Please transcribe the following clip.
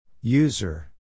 User